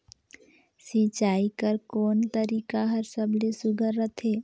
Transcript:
सिंचाई कर कोन तरीका हर सबले सुघ्घर रथे?